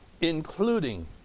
including